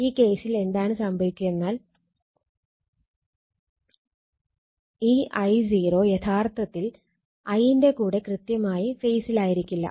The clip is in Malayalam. ഈ കേസിൽ എന്താണ് സംഭവിക്കുകയെന്നാൽ ഈ I0 യഥാർത്ഥത്തിൽ I ന്റെ കൂടെ കൃത്യമായി ഫേസിലായിരിക്കില്ല